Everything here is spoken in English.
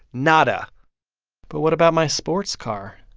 nada but what about my sports car?